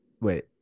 Wait